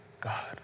God